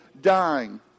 dying